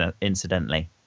incidentally